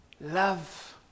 Love